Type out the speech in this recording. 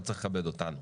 לא צריך לכבד אותנו,